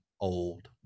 old